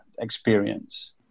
experience